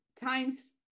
times